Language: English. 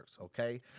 okay